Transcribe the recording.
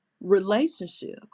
relationship